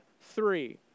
three